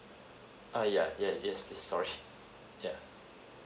uh yeah yes yes please sorry yeah